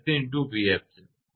𝑣𝑓 છે